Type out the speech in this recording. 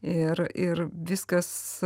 ir ir viskas